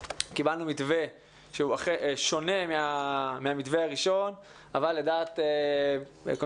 קיבלנו מתווה שונה מהמתווה הראשון אבל לדעת רוב חברי הוועדה,